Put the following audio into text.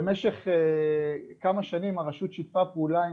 במשך כמה שנים הרשות שיתפה פעולה עם